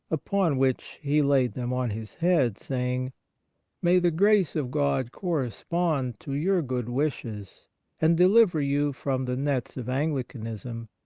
upon which he laid them on his head, saying may the grace of god correspond to your good wishes and deliver you from the nets of anglicanism,